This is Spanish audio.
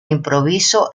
improviso